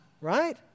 Right